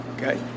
Okay